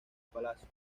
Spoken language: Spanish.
palacio